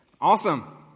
Awesome